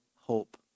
hope